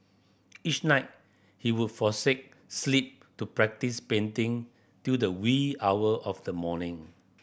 each night he would forsake sleep to practise painting till the wee hour of the morning